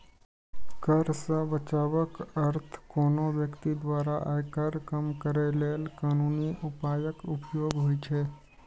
कर सं बचावक अर्थ कोनो व्यक्ति द्वारा आयकर कम करै लेल कानूनी उपायक उपयोग होइ छै